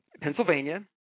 Pennsylvania